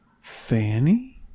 Fanny